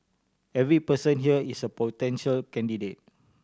every person here is a potential candidate